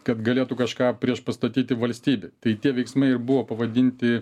kad galėtų kažką priešpastatyti valstybei tai tie veiksmai ir buvo pavadinti